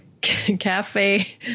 cafe